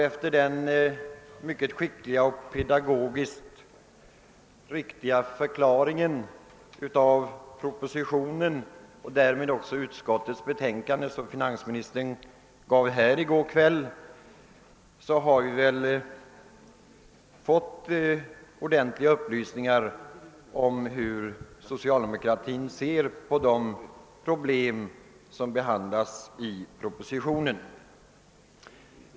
Efter den mycket skickliga och pedagogiskt riktiga förklaring av propositionen och därmed också av utskottets betänkanden som finansministern gav i går kväll har vi fått ordentliga upplysningar om hur socialdemokratin ser på de problem som behandlas i propositionen.